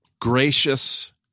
gracious